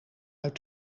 uit